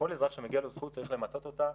כל אזרח שמגיע לו זכות צריך למצות אותה.